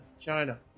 China